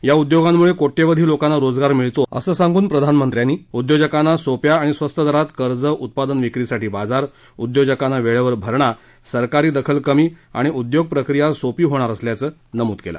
या उद्योगांमुळे कोट्यवधी लोकांना रोजगार मिळतो असं सांगून उद्योजकांना सोप्या आणि स्वस्त दरात कर्ज उत्पादन विक्रीसाठी बाजार उद्योजकांना वेळेवर भरणा सरकारी दखल कमी आणि उद्योग प्रक्रिया सोपी होणार असल्याचं त्यांनी नमूद केलं